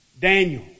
Daniel